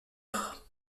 faire